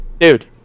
dude